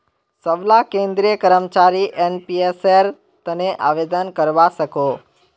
सबला केंद्रीय कर्मचारी एनपीएसेर तने आवेदन करवा सकोह